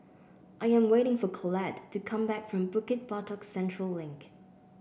I am waiting for Colette to come back from Bukit Batok Central Link